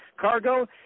Cargo